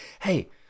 hey